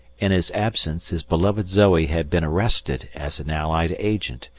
in his absence, his beloved zoe had been arrested as an allied agent,